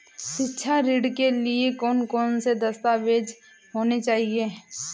शिक्षा ऋण के लिए कौन कौन से दस्तावेज होने चाहिए?